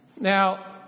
Now